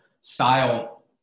style